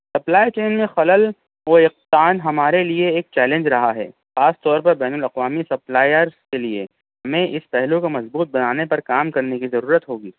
apply chain میں خلل و افقدان ہمارے لئے ایک چیلنج رہا ہے خاص طور پر بین الاقوامی سپلائر کے لئے ہمیں اس پہلو کو مضبوط بنانے پر کام کرنے کی ضرورت ہو گی